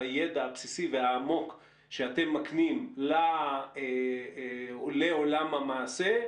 הידע הבסיסי והעמוק שאתם מקנים לעולם המעשה.